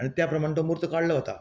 आनी त्या प्रमाणे तो म्हुर्त काडलो वता